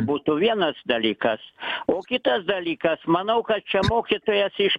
būtų vienas dalykas o kitas dalykas manau kad čia mokytojas iš